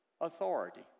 authority